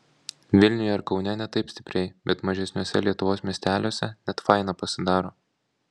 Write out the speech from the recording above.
vilniuje ar kaune ne taip stipriai bet mažesniuose lietuvos miesteliuose net faina pasidaro